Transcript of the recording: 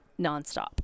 nonstop